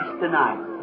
tonight